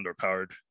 underpowered